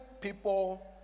people